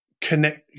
connect